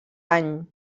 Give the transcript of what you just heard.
any